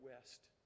west